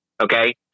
okay